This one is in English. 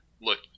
look-